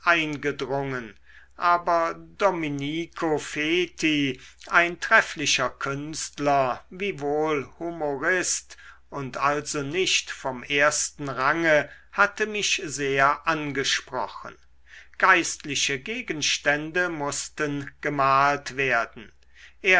eingedrungen aber dominico feti ein trefflicher künstler wiewohl humorist und also nicht vom ersten range hatte mich sehr angesprochen geistliche gegenstände mußten gemalt werden